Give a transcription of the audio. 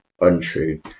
untrue